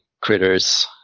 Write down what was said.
critters